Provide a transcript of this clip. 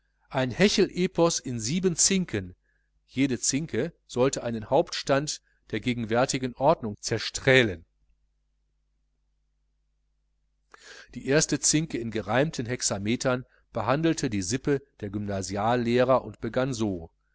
ein hechelepos in sieben zinken jede zinke sollte einen hauptstand der gegenwärtigen ordnung zerstrählen die erste zinke in gereimten hexametern behandelte die sippe der gymnasiallehrer und begann so